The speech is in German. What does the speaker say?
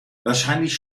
wahrscheinlich